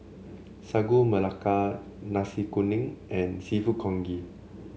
Sagu Melaka Nasi Kuning and seafood Congee